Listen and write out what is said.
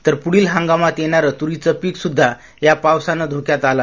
तर पुढील हगामात येणार तुरीच पीक सुद्धा या पावसान धोक्यात आल